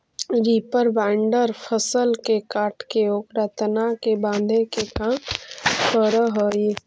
reaper binder फसल के काटके ओकर तना के बाँधे के काम करऽ हई